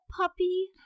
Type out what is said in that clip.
puppy